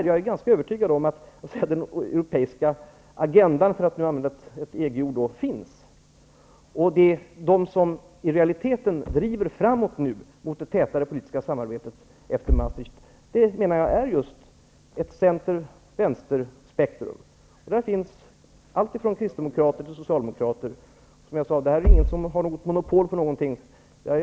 Jag är ganska övertygad om att den europeiska agendan, för att använda ett EG-ord, finns. Jag menar att de som i realiteten nu driver framåt mot det tätare politiska samarbetet efter Maastricht är just ett center--vänster-spektrum. Där finns allt från kristdemokrater till socialdemokrater. Som jag sade är det ingen som har något monopol på något i detta sammanhang.